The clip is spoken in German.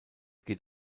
geht